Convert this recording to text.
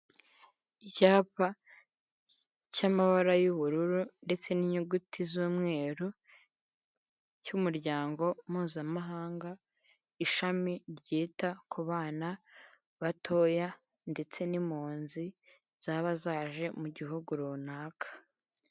Icyapa cy'amabara y'ubururu ndetse n'inyuguti z'umweru cy'umuryango mpuzamahanga, ishami ryita ku bana batoya ndetse n'impunzi zaba zaje mu gihugu runaka.